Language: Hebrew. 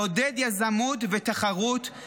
לעודד יזמות ותחרות,